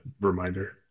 reminder